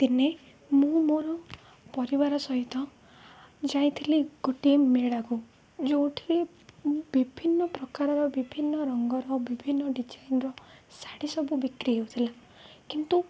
ଦିନେ ମୁଁ ମୋର ପରିବାର ସହିତ ଯାଇଥିଲି ଗୋଟିଏ ମେଳାକୁ ଯୋଉଠି ବିଭିନ୍ନ ପ୍ରକାରର ବିଭିନ୍ନ ରଙ୍ଗର ବିଭିନ୍ନ ଡିଜାଇନର ଶାଢ଼ୀ ସବୁ ବିକ୍ରି ହେଉଥିଲା କିନ୍ତୁ